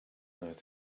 earth